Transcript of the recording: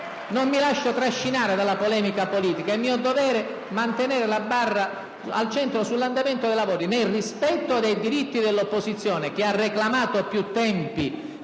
Non mi lascio trascinare dalla polemica politica. È mio dovere mantenere la barra al centro sull'andamento dei lavori, nel rispetto dei diritti dell'opposizione, che ha reclamato più tempi